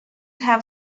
have